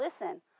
listen